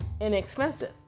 inexpensive